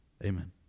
Amen